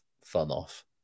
fun-off